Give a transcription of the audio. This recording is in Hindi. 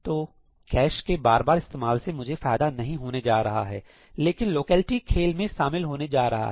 तो कैश के बार बार इस्तेमाल से मुझे फायदा नहीं होने जा रहा है लेकिन लोकेलिटी खेल में शामिल होने जा रहा है